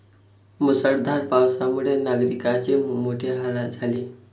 मुसळधार पावसामुळे नागरिकांचे मोठे हाल झाले